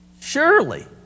surely